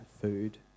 food